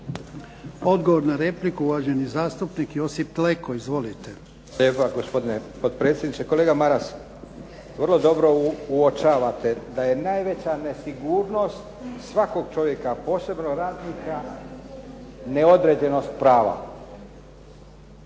Odgovor na repliku uvaženi zastupnik Josip Leko. Izvolite.